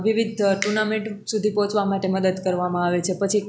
વિવિધ ટુર્નામેંટ સુધી પોંચવા માટે મદદ કરવામાં આવે છે પછી